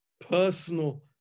personal